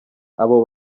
abo